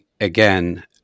again